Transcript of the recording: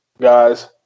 guys